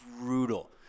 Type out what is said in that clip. brutal